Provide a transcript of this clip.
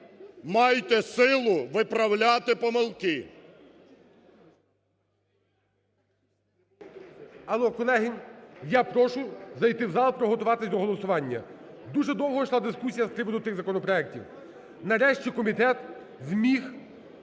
Майте силу виправляти помилки!